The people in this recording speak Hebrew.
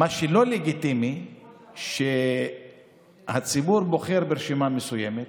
מה שלא לגיטימי זה שהציבור בוחר ברשימה מסוימת,